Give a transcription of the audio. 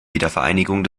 wiedervereinigung